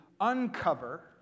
uncover